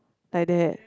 like that